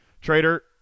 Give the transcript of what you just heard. Trader